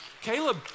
Caleb